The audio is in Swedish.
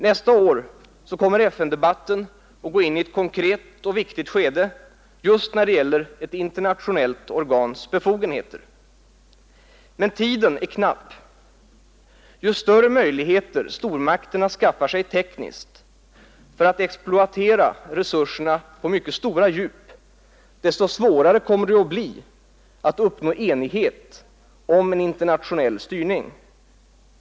Nästa år kommer FN-debatten att gå in i ett konkret och viktigt skede just när det gäller ett internationellt organs befogenheter. Men tiden är knapp. Ju större möjligheter stormakterna skaffar sig tekniskt för att exploatera resurserna på mycket stora djup, desto svårare kommer det att bli att uppnå enighet om en internationell styrning.